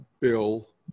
bill